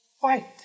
fight